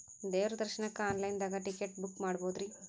ದೇವ್ರ ದರ್ಶನಕ್ಕ online ದಾಗ ಟಿಕೆಟ ಬುಕ್ಕ ಮಾಡ್ಬೊದ್ರಿ?